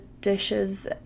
dishes